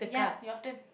ya your turn